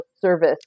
service